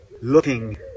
looking